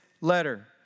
letter